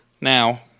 Now